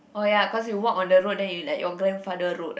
oh ya cause you walk on the road then you like your grandfather road ah